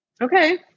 Okay